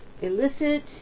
elicit